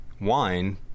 wine